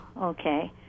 okay